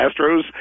Astros